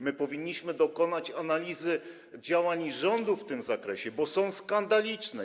My powinniśmy dokonać analizy działań rządu w tym zakresie, bo to jest skandaliczne.